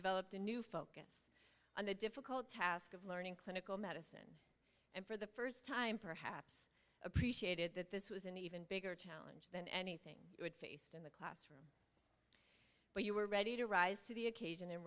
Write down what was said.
developed a new focus on the difficult task of learning clinical medicine and for the first time perhaps appreciated that this was an even bigger challenge than anything in the classroom but you were ready to rise to the occasion a